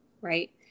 right